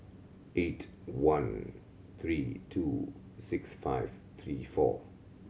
eight one three two six five three four